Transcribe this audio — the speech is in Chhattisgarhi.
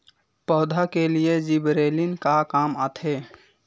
पौधा के लिए जिबरेलीन का काम आथे?